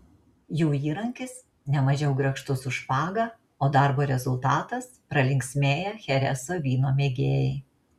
jų įrankis nemažiau grakštus už špagą o darbo rezultatas pralinksmėję chereso vyno mėgėjai